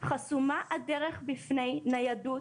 חסומה הדרך בפני ניידות,